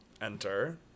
Enter